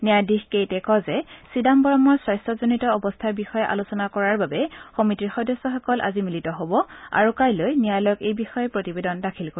ন্যায়াধীশ কেইটে কয় যে চিদাম্বৰমৰ স্বাস্থজনিত অৱস্থাৰ বিষয়ে আলোচনা কৰাৰ বাবে সমিতিৰ সদস্যসকল আজি মিলিত হ'ব আৰু কাইলৈ ন্যায়ালয়ক এই বিষয়ে প্ৰতিবেদন দাখিল কৰিব